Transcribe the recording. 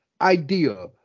idea